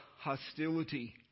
hostility